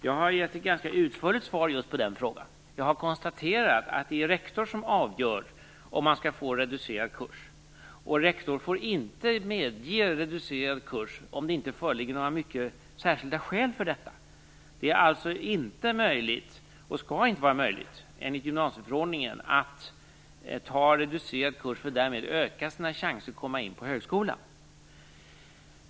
Jag har givit ett ganska utförligt svar just på den frågan. Jag har konstaterat att det är rektor som avgör om man skall få reducerad kurs, och rektor får inte medge reducerad kurs om det inte föreligger mycket särskilda skäl för detta. Det är alltså inte möjligt, och skall enligt gymnasieförordningen inte vara möjligt, att ta reducerad kurs för att därmed öka sina chanser att komma in på högskolan.